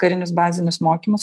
karinius bazinius mokymus